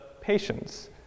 patience